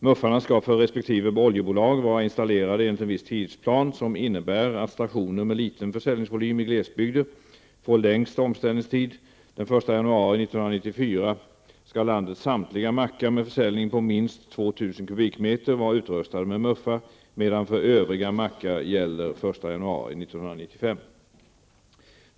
Muffarna skall för resp. oljebolag vara installerade enligt en viss tidsplan som innebär att stationer med liten försäljningsvolym i glesbygder får längst omställningstid. Den 1 januari 1994 skall landets samtliga mackar med försäljning på minst 2 000 m3 vara utrustade med muffar, medan för övriga mackar gäller den 1 januari 1995.